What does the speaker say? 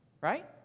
Right